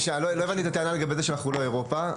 הבנתי את הטענה לגבי זה שאנחנו לא אירופה.